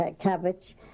cabbage